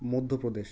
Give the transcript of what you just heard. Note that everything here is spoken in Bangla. মধ্যপ্রদেশ